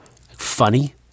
funny